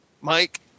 Mike